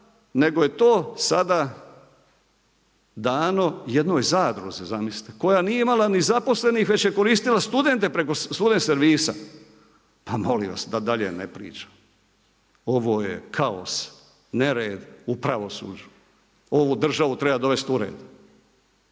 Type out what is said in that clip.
nego je to sada dano jednoj zadruzi, zamislite, koja nije imala ni zaposlenih već je koristila studente preko Student servisa. Pa molim vas, da dalje ne pričam, ovo je kaos, nered u pravosuđu. Ovu državu treba dovesti u red.